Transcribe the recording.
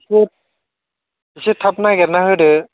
एसे एसे थाब नागिरनानै होदो